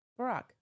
barack